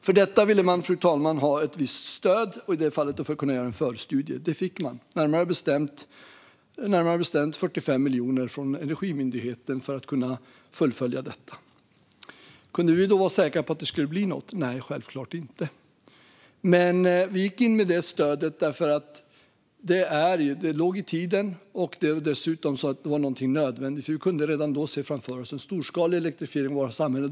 För det ville man ha ett visst stöd, i det fallet för att kunna göra en förstudie. Det fick man. Närmare bestämt fick man 45 miljoner från Energimyndigheten för att kunna fullfölja detta. Kunde vi då vara säkra på att det skulle bli något? Nej, självklart inte. Men vi gick in med det stödet därför att det låg i tiden och dessutom var något nödvändigt. Vi kunde redan då se framför oss en storskalig elektrifiering av våra samhällen.